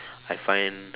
I find